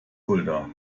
fulda